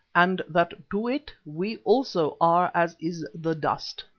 and that to it, we also are as is the dust.